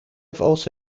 also